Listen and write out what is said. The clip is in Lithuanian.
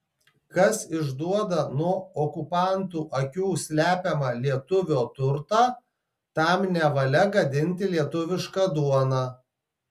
kas išduoda nuo okupantų akių slepiamą lietuvio turtą tam nevalia gadinti lietuvišką duoną